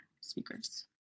speakers